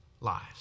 lives